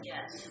Yes